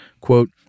Quote